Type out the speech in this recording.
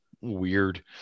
Weird